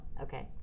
Okay